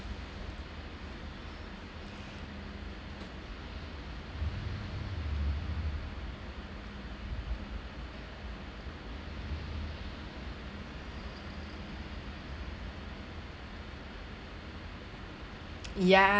ya~